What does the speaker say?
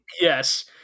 Yes